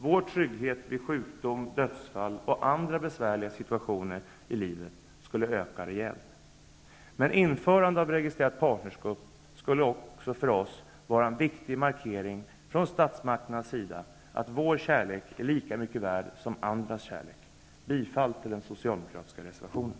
Vår trygghet vid sjukdom, dödsfall och andra besvärliga situationer i livet skulle öka rejält. Ett införande av registrerat partnerskap skulle också för oss vara en viktig markering från statsmakternas sida av att vår kärlek är lika mycket värd som andras kärlek. Jag yrkar bifall till den socialdemokratiska reservationen.